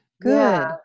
Good